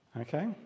Okay